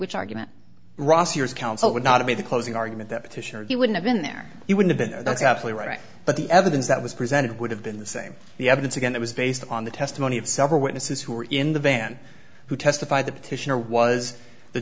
which argument ross years counsel would not be the closing argument that petitioner he would have been there he would have been that's absolutely right but the evidence that was presented would have been the same the evidence again that was based on the testimony of several witnesses who were in the van who testified the petitioner was the